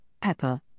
pepper